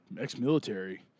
ex-military